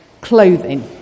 clothing